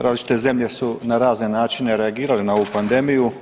Različite zemlje su na razne načine reagirale na ovu pandemiju.